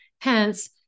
Hence